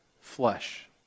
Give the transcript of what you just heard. flesh